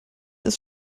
ist